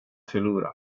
förlora